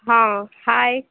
ہاں ہائے